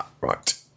Right